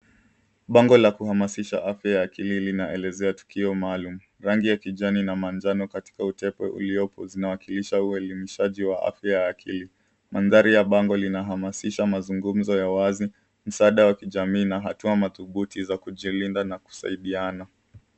Bango la kuhamasisha afya ya akili linaelezea tukio maalum. Rangi ya kijani na manjano katika utepe uliopo zinawakilisha ueleimisjaji wa afya ya akili. Mandhari ya bango linahamasiha mazungumzo ya wazi, msaada wa kijamii na hatua madhubuti za kujilinda na kusaidiana.